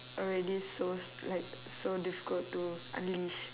already so like so difficult to unleash